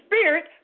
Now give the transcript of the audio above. spirit